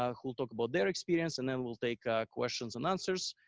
ah who talk about their experience and then we'll take questions and answers.